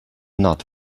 not